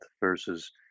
versus